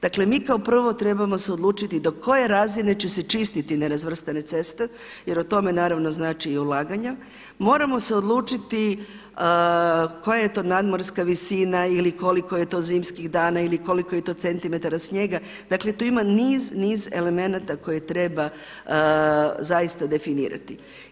Dakle mi kao prvo trebamo se odlučiti do koje razine će se čistiti nerazvrstane ceste jer o tome naravno znači i ulaganja, moramo se odlučiti koja je to nadmorska visina ili koliko je to zimskih dana ili koliko je to centimetara snijega, dakle tu ima niz, niz elemenata koje treba zaista definirati.